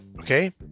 Okay